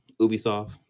Ubisoft